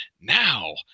now